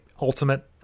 ultimate